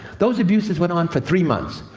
those abuses went on for three months.